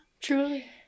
truly